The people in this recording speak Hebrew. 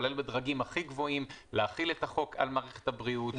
כולל בדרגים הכי גבוהים להחיל את החוק על מערכת הבריאות,